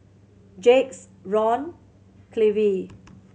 Jacques Ron Clevie